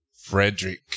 Frederick